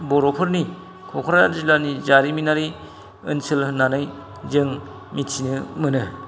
बर'फोरनि क'क्राझार जिल्लानि जारिमिनारि ओनसोल होननानै जों मिथिनो मोनो